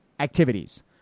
Activities